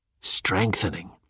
strengthening